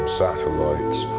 satellites